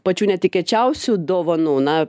pačių netikėčiausių dovanų na